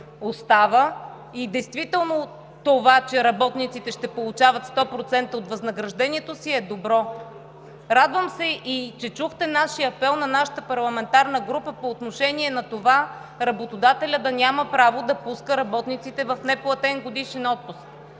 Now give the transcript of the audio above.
и действително това, че работниците ще получават 100% от възнаграждението си, е добро. Радвам се и, че чухте апела на нашата парламентарна група по отношение на това работодателят да няма право да пуска работниците в неплатен годишен отпуск.